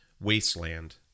wasteland